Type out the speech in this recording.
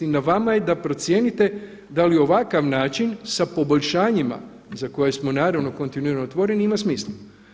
Na vama je da procijenite da li ovakav način sa poboljšanjima za koje smo naravno kontinuirano otvoreni ima smisla.